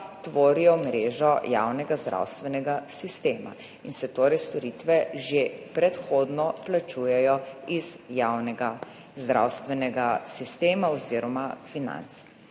tvorijo mrežo javnega zdravstvenega sistema, in se torej storitve že predhodno plačujejo iz javnega zdravstvenega sistema oziroma financ.